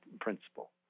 principle